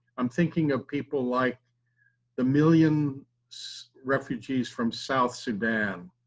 i'm thinking of people like the million so refugees from south sudan